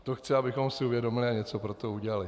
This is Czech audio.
To chci, abychom si uvědomili a něco pro to udělali.